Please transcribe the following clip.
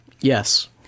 Yes